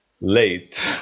late